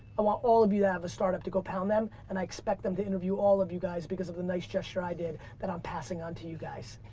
i want all of you have a startup to go pound them and i expect them to interview all of you guys because of the nice gesture i did that i'm passing on to you guys.